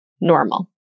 normal